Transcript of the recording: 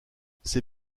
ses